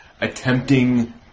attempting